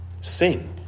sing